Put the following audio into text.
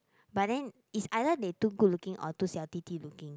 but then it's either they too good looking or too 小弟弟 looking